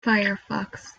firefox